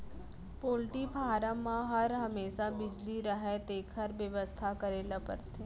poultry farm म हर हमेसा बिजली रहय तेकर बेवस्था करे ल परथे